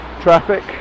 traffic